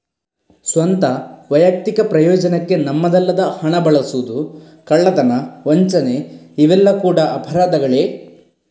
ಸ್ವಂತ, ವೈಯಕ್ತಿಕ ಪ್ರಯೋಜನಕ್ಕೆ ನಮ್ಮದಲ್ಲದ ಹಣ ಬಳಸುದು, ಕಳ್ಳತನ, ವಂಚನೆ ಇವೆಲ್ಲ ಕೂಡಾ ಅಪರಾಧಗಳೇ